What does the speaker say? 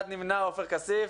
אחד נמנע עופר כסיף.